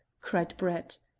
cried brett.